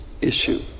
issue